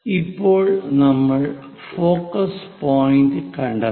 ഇപ്പോൾ നമ്മൾ focus point കണ്ടെത്തണം